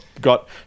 got